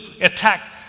attack